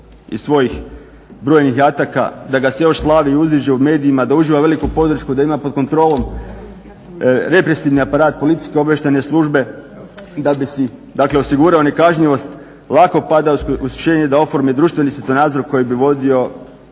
i svojih brojnih jataka da ga se još slavi i uzdiže u medijima, da uživa veliku podršku, da ima pod kontrolom represivni aparat, policijske obavještajne službe da bi si dakle osigurao nekažnjivost lako pada uz objašnjenje da oformi društveni svjetonazor koji bi vodio